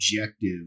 objective